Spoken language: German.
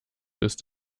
ist